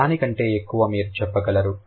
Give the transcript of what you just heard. దానికంటే ఎక్కువ మీరు చెప్పగలరు